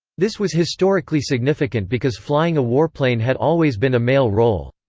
this was historically significant because flying a warplane had always been a male role.